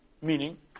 meaning